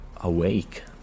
awake